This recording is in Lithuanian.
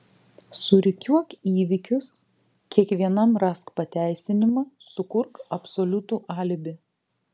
surikiuok įvykius kiekvienam rask pateisinimą sukurk absoliutų alibi